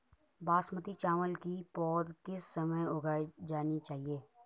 बासमती चावल की पौध किस समय उगाई जानी चाहिये?